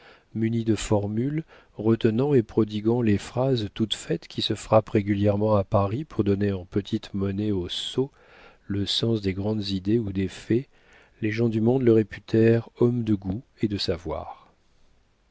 muni de formules retenant et prodiguant les phrases toutes faites qui se frappent régulièrement à paris pour donner en petite monnaie aux sots le sens des grandes idées ou des faits les gens du monde le réputèrent homme de goût et de savoir